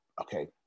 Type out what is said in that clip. okay